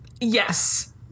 Yes